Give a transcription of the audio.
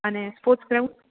અને sports ground